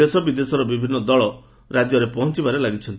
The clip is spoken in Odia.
ଦେଶ ବିଦେଶର ବିଭିନ୍ ଦଳ ପହଞ୍ଚବାରେ ଲାଗିଛନ୍ତି